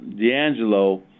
D'Angelo